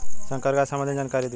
संकर गाय संबंधी जानकारी दी?